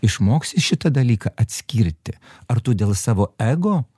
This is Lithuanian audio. išmoksi šitą dalyką atskirti ar tu dėl savo ego